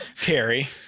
Terry